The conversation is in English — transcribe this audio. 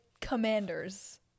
commanders